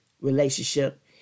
relationship